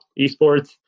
esports